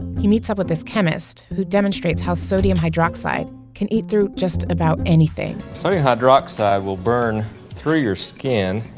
he meets up with this chemist who demonstrates how sodium hydroxide can eat through just about anything sodium so yeah hydroxide will burn through your skin.